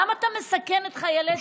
למה אתה מסכן את חיילי צה"ל?